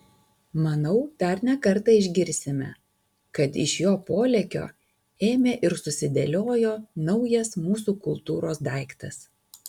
manau dar ne kartą išgirsime kad iš jo polėkio ėmė ir susidėliojo naujas mūsų kultūros daiktas